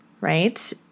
right